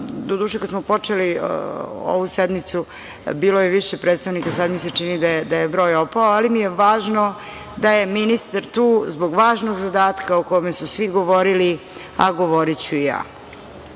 doduše kada smo počeli ovu sednicu bilo je više predstavnika, a sada mi se čini da je broj opao, ali mi je važno da je ministar tu zbog važnog zadatka o kome su svi govorili, a govoriću i ja. Set